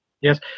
Yes